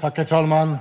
Herr talman!